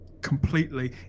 completely